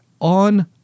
on